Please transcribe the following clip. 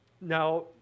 Now